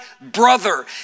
brother